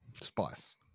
Spice